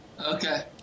Okay